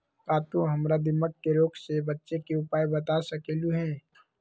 का तू हमरा दीमक के रोग से बचे के उपाय बता सकलु ह?